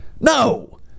No